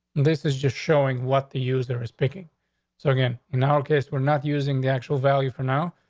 this is just showing what the user is picking so again, in our case, we're not using the actual value for now.